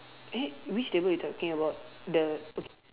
eh which table you talking about the okay